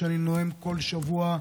שאני נואם כל שבוע,